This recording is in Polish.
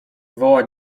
woła